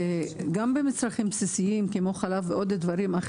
גם במצרכים בסיסיים כמו חלב ועוד דברים,